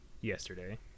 yesterday